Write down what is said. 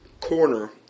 corner